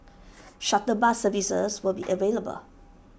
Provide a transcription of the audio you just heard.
shuttle bus services will be available